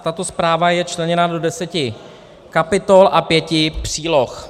Tato zpráva je členěna do deseti kapitol a pěti příloh.